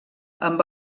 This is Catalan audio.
amb